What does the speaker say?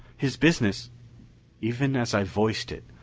his business even as i voiced it,